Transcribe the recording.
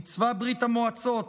בצבא ברית המועצות,